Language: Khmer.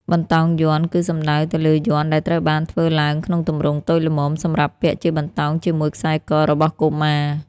បន្តោងយ័ន្ត គឺសំដៅទៅលើយ័ន្តដែលត្រូវបានធ្វើឡើងក្នុងទម្រង់តូចល្មម សម្រាប់ពាក់ជាបន្តោងជាមួយខ្សែករបស់កុមារ។